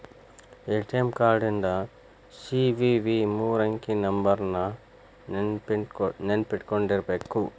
ATM card ಹಿಂದ್ CVV ಮೂರಂಕಿ ನಂಬರ್ನ ನೆನ್ಪಿಟ್ಕೊಂಡಿರ್ಬೇಕು